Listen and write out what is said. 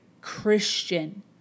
Christian